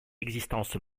existence